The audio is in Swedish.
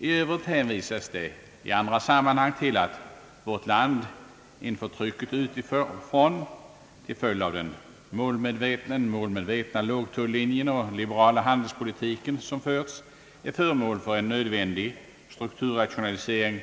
I Öövrigt hänvisas det i andra sammanhang till att vårt lands näringsliv inför trycket utifrån till följd av den målmedvetna lågtullinjen och den liberala handelspolitiken är föremål för en nödvändig strukturrationalisering